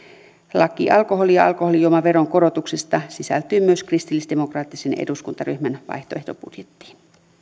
laki alkoholi ja alkoholijuomaveron korotuksista sisältyy myös kristillisdemokraattisen eduskuntaryhmän vaihtoehtobudjettiin